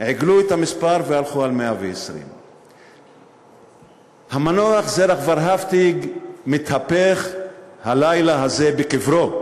עיגלו את המספר והלכו על 120. המנוח זרח ורהפטיג מתהפך הלילה הזה בקברו,